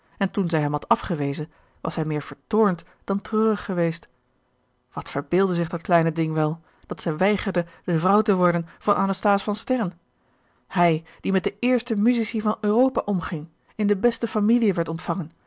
en toen zij hem had afgewezen was hij meer vertoornd dan treurig geweest wat verbeeldde zich dat kleine ding wel dat zij weigerde de vrouw te worden van anasthase van sterren hij die met de eerste musici van europa omging in de beste familien werd ontvangen